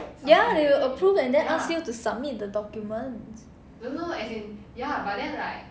ya they will approve and then ask you to submit the document